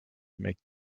make